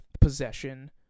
possession